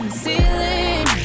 ceiling